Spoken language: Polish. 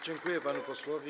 Dziękuję panu posłowi.